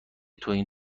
توهین